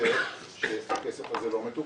אלא רק אומר שזה יגביר את החשד שאתם לא רוצים פתרון.